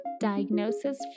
Diagnosis